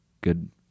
good